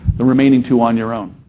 the remaining two on your own.